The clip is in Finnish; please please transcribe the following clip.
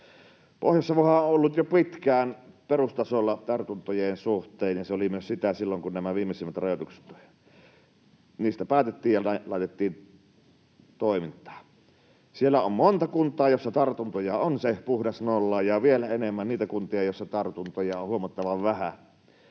Pohjois-Savohan on ollut jo pitkään perustasolla tartuntojen suhteen, ja se oli sitä myös silloin, kun näistä viimeisimmistä rajoituksista päätettiin ja ne laitettiin toimintaan. Siellä on monta kuntaa, joissa tartuntoja on se puhdas nolla, ja vielä enemmän niitä kuntia, joissa tartuntoja on huomattavan vähän.